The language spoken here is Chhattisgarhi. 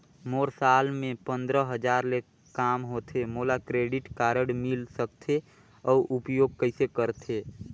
मोर साल मे पंद्रह हजार ले काम होथे मोला क्रेडिट कारड मिल सकथे? अउ उपयोग कइसे करथे?